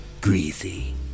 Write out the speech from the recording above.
Greasy